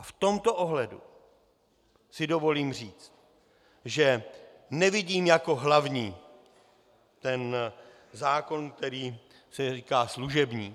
V tomto ohledu si dovolím říci, že nevidím jako hlavní ten zákon, který si říká služební.